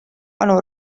anu